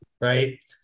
right